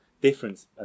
difference